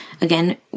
Again